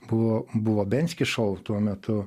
buvo buvo benski šou tuo metu